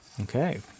Okay